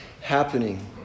happening